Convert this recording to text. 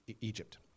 Egypt